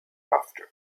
after